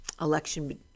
election